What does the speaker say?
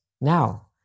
now